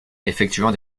effectuant